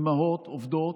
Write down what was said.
אימהות עובדות,